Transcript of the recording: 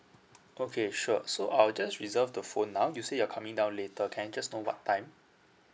okay sure so I'll just reserve the phone ah you say you are coming down later can I just know what time